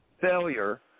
failure